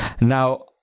Now